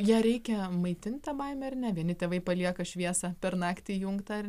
ją reikia maitint tą baimę ar ne vieni tėvai palieka šviesą per naktį įjungtą ar